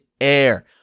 air